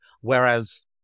whereas